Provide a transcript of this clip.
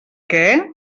què